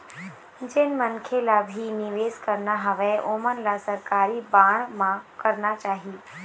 जेन मनखे ल भी निवेस करना हवय ओमन ल सरकारी बांड म करना चाही